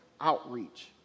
outreach